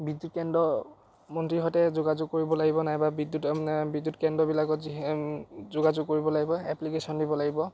বিদ্যুৎ কেন্দ্ৰ মন্ত্ৰীৰ সৈতে যোগাযোগ কৰিব লাগিব নাইবা বিদ্যুৎ বিদ্যুৎ কেন্দ্ৰবিলাকত যি যোগাযোগ কৰিব লাগিব এপ্পলিকেশ্যন দিব লাগিব